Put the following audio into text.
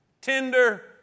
tender